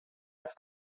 als